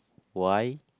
why